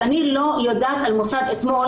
אז אני לא יודעת על מוסד אתמול,